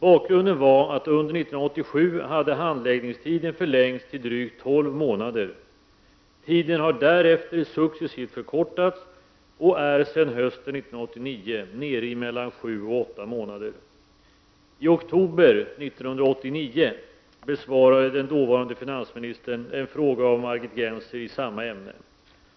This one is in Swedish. Bakgrunden var att handläggningstiden under 1987 hade förlängts till drygt tolv månader. Tiden har därefter successivt förkortats och är sedan hösten 1989 nere i mellan sju och åtta månader. I oktober 1989 besvarade den dåvarande finansministern en fråga av Margit Gennser i samma ämne.